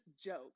joke